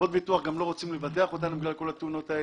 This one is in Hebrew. חברות ביטוח גם לא רוצות לבטח אותנו בגלל כל התאונות האלה.